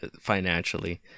financially